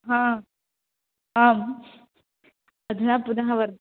आम् अधुना पुनः वर्त्